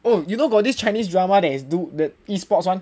oh you know got this chinese drama that is do the e-sports [one]